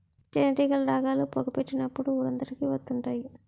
తేనేటీగలు రాగాలు, పొగ పెట్టినప్పుడు ఊరంతకి వత్తుంటాయి